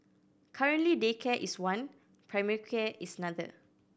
currently daycare is one primary care is another